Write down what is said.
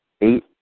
Eight